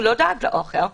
הוא לא דאג לאוכל,